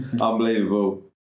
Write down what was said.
Unbelievable